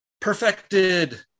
perfected